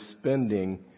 spending